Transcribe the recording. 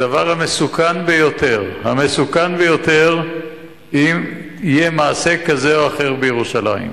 הדבר המסוכן ביותר הוא אם יהיה מעשה כזה או אחר בירושלים.